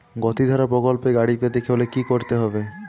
গতিধারা প্রকল্পে গাড়ি পেতে হলে কি করতে হবে?